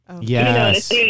Yes